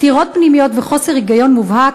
סתירות פנימיות וחוסר היגיון מובהק,